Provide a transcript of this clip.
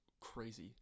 crazy